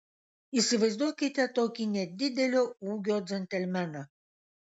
įsivaizduokite tokį nedidelio ūgio džentelmeną